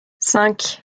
cinq